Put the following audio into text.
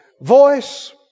voice